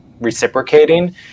reciprocating